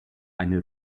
eine